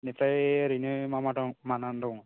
इनिफ्राय ओरैनो मा मा दं मा ना दङ